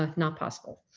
ah not possible.